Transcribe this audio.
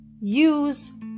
use